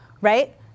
right